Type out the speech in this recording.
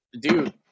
dude